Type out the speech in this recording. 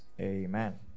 Amen